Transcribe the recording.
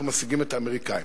אנחנו משיגים את האמריקנים.